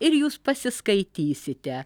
ir jūs pasiskaitysite